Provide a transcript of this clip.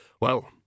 Well